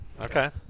Okay